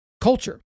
culture